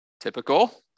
Typical